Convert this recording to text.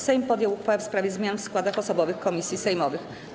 Sejm podjął uchwałę w sprawie zmian w składach osobowych komisji sejmowych.